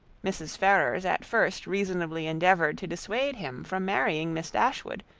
mrs. ferrars at first reasonably endeavoured to dissuade him from marrying miss dashwood,